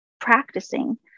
practicing